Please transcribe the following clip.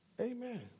Amen